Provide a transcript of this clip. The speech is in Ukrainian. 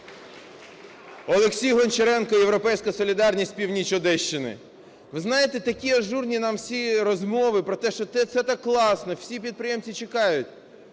Олексій Гончаренко, "Європейська солідарність", північ Одещини. Ви знаєте, такі ажурні нам всі розмови про те, що це так класно, всі підприємці чекають.